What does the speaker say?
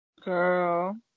Girl